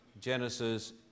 Genesis